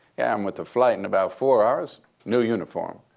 i'm with a flight in about four hours new uniform.